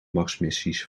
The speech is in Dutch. marsmissies